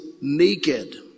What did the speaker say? naked